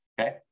Okay